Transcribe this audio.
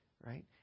right